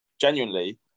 Genuinely